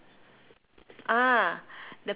ah the